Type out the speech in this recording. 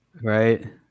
Right